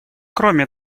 кроме